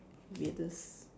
weirdest